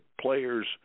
players